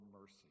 mercy